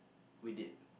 we did